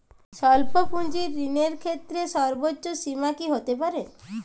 স্বল্প পুঁজির ঋণের ক্ষেত্রে সর্ব্বোচ্চ সীমা কী হতে পারে?